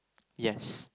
yes